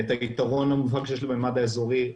את היתרון המובהק שיש לממד האזורי,